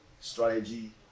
strategy